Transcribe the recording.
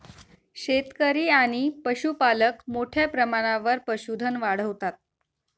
शेतकरी आणि पशुपालक मोठ्या प्रमाणावर पशुधन वाढवतात